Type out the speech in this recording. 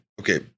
okay